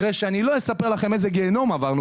אחרי שאני לא אספר לכם איזה גיהינום עברנו